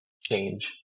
change